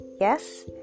Yes